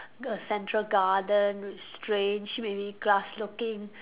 a central garden with strange maybe glass looking